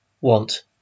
want